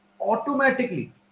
automatically